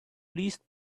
please